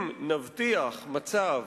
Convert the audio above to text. אם נבטיח מצב